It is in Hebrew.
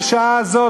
בשעה זו,